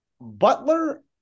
butler